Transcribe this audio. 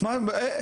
לא,